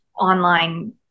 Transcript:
online